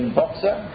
boxer